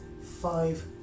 five